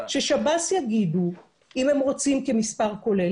ששב"ס יגידו אם הם רוצים כמספר כולל,